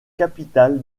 capitale